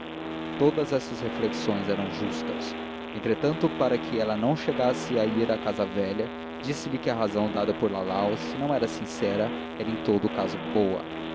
todas essas reflexões eram justas entretanto para que ela não chegasse a ir à casa velha disse-lhe que a razão dada por lalau se não era sincera era em todo caso boa